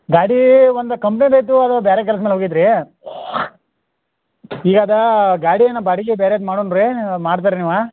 ಗಾಡಿ ಒಂದು ಕಂಪ್ನಿದು ಇತ್ತು ಅದು ಬ್ಯಾರೆ ಕೆಲ್ಸ್ದ ಮೇಲೆ ಹೋಗಿತು ರೀ ಈಗ ಅದಾ ಗಾಡಿ ಏನು ಬಾಡಿಗೆ ಬೇರೆದ ಮಾಡೂನ ರೀ ಮಾಡ್ದರ ನೀವು